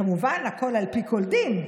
כמובן, הכול על פי כל דין,